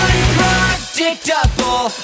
Unpredictable